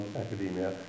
academia